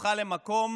הפכה למקום